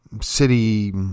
city